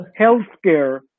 Healthcare